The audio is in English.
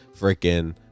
freaking